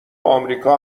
امریکا